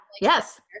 Yes